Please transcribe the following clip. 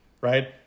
Right